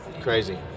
Crazy